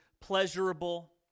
pleasurable